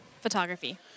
Photography